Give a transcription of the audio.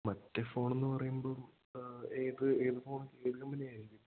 മറ്റേ ഫോണെന്ന് പറയുമ്പം ഏത് ഏത് ഫോൺ ഏത് കമ്പനിയായിരുന്നു